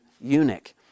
eunuch